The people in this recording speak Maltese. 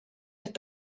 qed